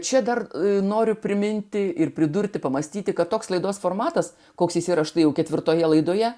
čia dar noriu priminti ir pridurti pamąstyti kad toks laidos formatas koks jis yra štai jau ketvirtoje laidoje